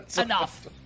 Enough